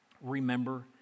remember